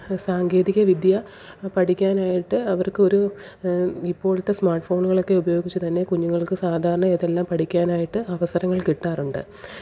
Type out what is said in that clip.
സാങ്കേതികവിദ്യ പഠിക്കാനായിട്ട് അവര്ക്ക് ഒരു ഇപ്പോളത്തെ സ്മാര്ട്ട് ഫോണുകളൊക്കെ ഉപയോഗിച്ചു തന്നെ കുഞ്ഞുങ്ങള്ക്ക് സാധാരണ ഇതെല്ലാം പഠിക്കാനായിട്ട് അവസരങ്ങള് കിട്ടാറുണ്ട്